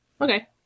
okay